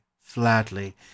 flatly